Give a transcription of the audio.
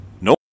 no